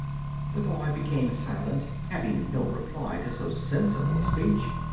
the boy became silent, having no reply to so sensible a speech,